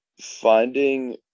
finding